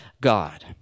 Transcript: God